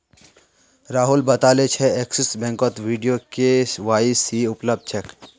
राहुल बताले जे एक्सिस बैंकत वीडियो के.वाई.सी उपलब्ध छेक